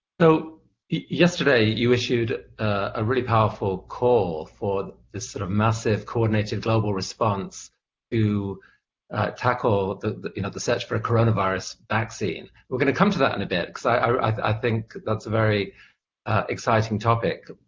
so yesterday, you issued a really powerful call for this sort of massive, coordinated global response to tackle the you know the search for a coronavirus vaccine. we're going to come that in a bit, because i i think that's a very exciting topic.